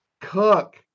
Cook